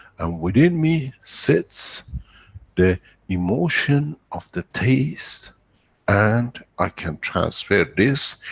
and within me, sits the emotion of the taste and i can transfer this,